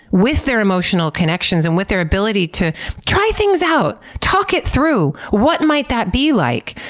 with their emotional connections and with their ability to try things out, talk it through, what might that be like?